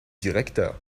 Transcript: directeur